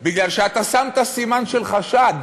כי אתה שמת סימן של חשד